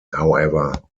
however